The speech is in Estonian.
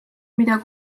mida